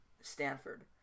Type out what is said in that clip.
Stanford